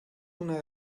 una